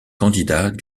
candidats